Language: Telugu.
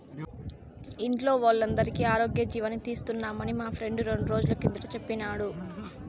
ఇంట్లో వోల్లందరికీ ఆరోగ్యజీవని తీస్తున్నామని మా ఫ్రెండు రెండ్రోజుల కిందట సెప్పినాడు